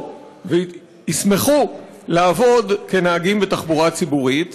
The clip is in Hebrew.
וישמחו לעבוד כנהגים בתחבורה הציבורית.